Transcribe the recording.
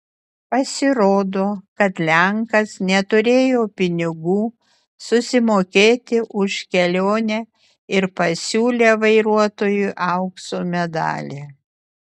pasirodo kad lenkas neturėjo pinigų susimokėti už kelionę ir pasiūlė vairuotojui aukso medalį